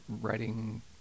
writing